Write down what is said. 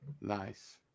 nice